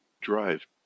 drive